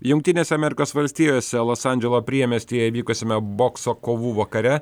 jungtinėse amerikos valstijose los andželo priemiestyje vykusiame bokso kovų vakare